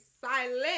silent